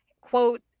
Quote